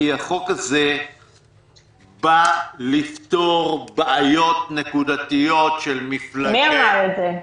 כי החוק הזה בא לפתור בעיות נקודתיות של מפלגות --- מי אמר את זה?